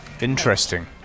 Interesting